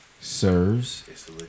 serves